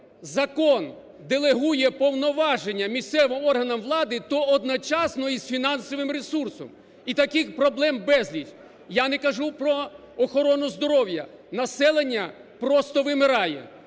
закон делегує повноваження місцевим органам влади, то одночасно і з фінансовим ресурсом. І таких проблем безліч. Я не кажу про охорону здоров'я. Населення просто вимирає.